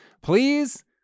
Please